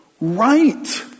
right